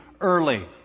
early